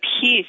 peace